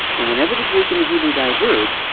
and whenever the greek and the hebrew diverge,